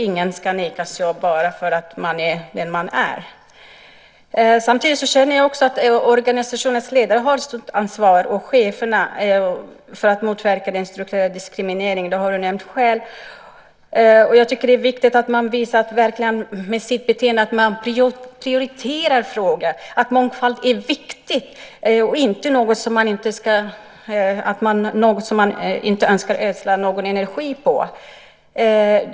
Ingen ska nekas jobb bara för att man är den man är. Samtidigt känner jag också att organisationernas ledare och cheferna har ett stort ansvar för att motverka den strukturella diskrimineringen. Det har du nämnt själv. Jag tycker att det är viktigt att man med sitt beteende verkligen visar att man prioriterar frågan, att mångfald är viktig och inte något som man inte önskar ödsla någon energi på.